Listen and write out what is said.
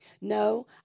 No